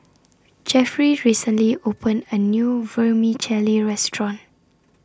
Jefferey recently opened A New Vermicelli Restaurant